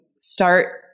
start